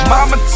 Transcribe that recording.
Mama